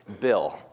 Bill